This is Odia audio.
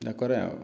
ଏଇୟା କରେ ଆଉ